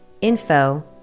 info